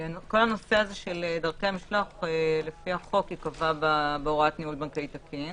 כל הנושא של דרכי המשלוח לפי החוק ייקבע בהוראת ניהול בנקאי תקין